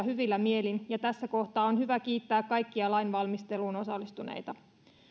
hyvillä mielin ja tässä kohtaa on hyvä kiittää kaikkia lainvalmisteluun osallistuneita